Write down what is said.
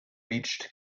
reached